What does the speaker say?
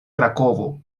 krakovo